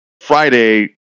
Friday